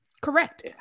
Correct